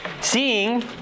Seeing